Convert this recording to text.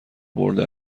برده